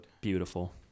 Beautiful